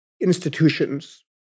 Institutions